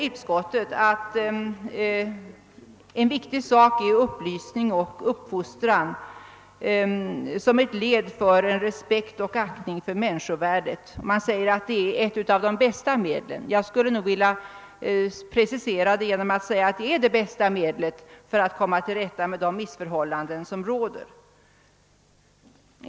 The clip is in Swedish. Utskottet framhåller att »upplysning och uppfostran till respekt och aktning för människovärdet är ett av de bästa medlen att motverka fördomar ———», Jag skulle vilja precisera meningen genom att säga att det är det bästa medlet för att komma till rätta med de missförhållanden som råder.